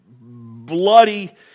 bloody